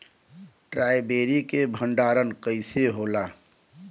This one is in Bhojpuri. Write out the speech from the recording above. स्ट्रॉबेरी के भंडारन कइसे होला?